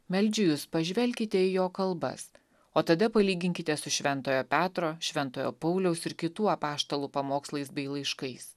meldžiu jus pažvelkite į jo kalbas o tada palyginkite su šventojo petro šventojo pauliaus ir kitų apaštalų pamokslais bei laiškais